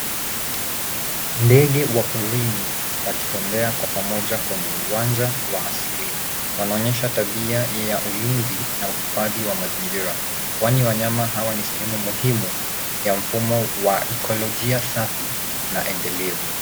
Ndege wa porini wakitembea kwa pamoja kwenye uwanja wa asili. Wanaonyesha tabia ya ulinzi na uhifadhi wa mazingira kwani wanyama hawa ni sehemu muhimu ya mfumo wa ekolija safi na endelevu.